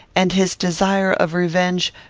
and his desire of revenge,